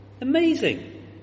Amazing